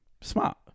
Smart